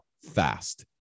fast